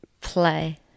play